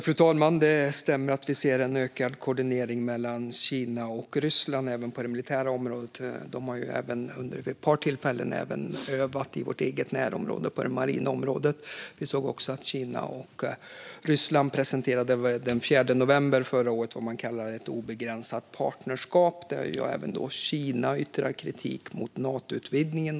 Fru talman! Det stämmer att vi ser en ökad koordinering mellan Kina och Ryssland även på det militära området. De har vid ett par tillfällen även övat i vårt marina närområde. Vi såg också att Kina och Ryssland den 4 november förra året presenterade vad man kallar ett obegränsat partnerskap, då även Kina yttrade kritik mot Natoutvidgningen.